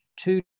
two